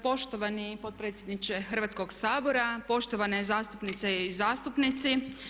Poštovani potpredsjedniče Hrvatskog sabora, poštovane zastupnice i zastupnici.